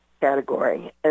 category